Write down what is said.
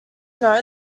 know